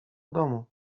domu